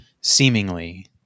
seemingly